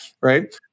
right